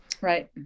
Right